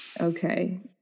okay